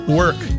work